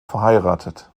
verheiratet